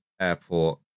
airport